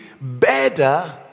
better